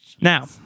Now